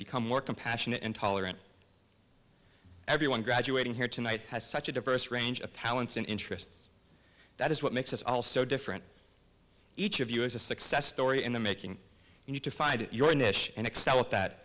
become more compassionate and tolerant everyone graduating here tonight has such a diverse range of talents and interests that is what makes us all so different each of us a success story in the making and you to find your niche and excel at that